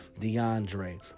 DeAndre